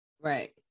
Right